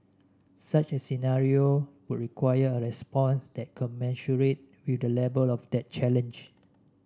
such a scenario would require a response that commensurate with the level of that challenge